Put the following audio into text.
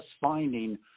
finding –